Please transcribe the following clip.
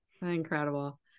incredible